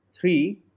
Three